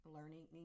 Learning